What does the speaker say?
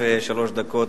שאלות ששאלו.